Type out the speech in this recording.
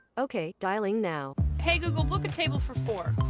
okay, dialing now. hey google. book a table for four.